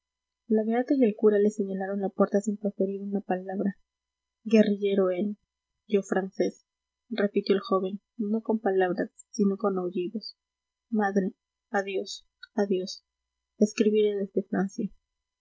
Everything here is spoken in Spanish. beata y el cura le señalaron la puerta sin proferir una palabra guerrillero él yo francés repitió el joven no con palabras sino con aullidos madre adiós adiós escribiré desde francia